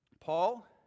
paul